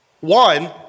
One